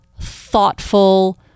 thoughtful